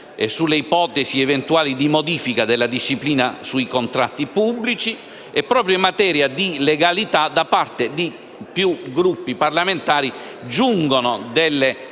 e sulle eventuali ipotesi di modifica della disciplina dei contratti pubblici. Proprio in materia di legalità, da parte di più Gruppi parlamentari giungono